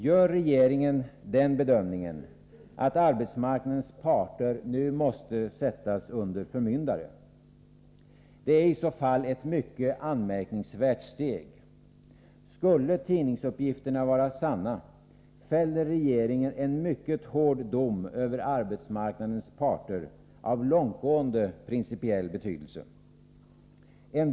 Gör regeringen bedömningen att arbetsmarknadens parter nu måste sättas under förmyndare? Det är i så fall ett mycket anmärkningsvärt steg. Skulle tidningsuppgifterna vara sanna, fäller regeringen en mycket hård dom över arbetsmarknadens parter, en dom av långtgående principiell betydelse.